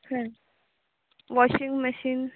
washing machine